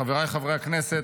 חבריי חברי הכנסת,